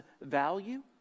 value